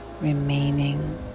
remaining